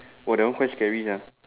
!wah! that one quite scary sia